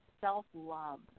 self-love